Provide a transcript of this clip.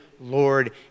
Lord